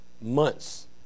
months